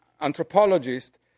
anthropologist